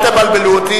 תגמולים לנכים,